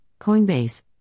Coinbase